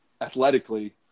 athletically